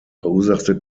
verursachte